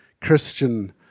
Christian